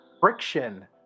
friction